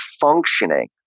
functioning